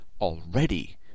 already